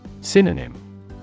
Synonym